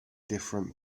different